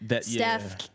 Steph